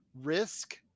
risk